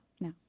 No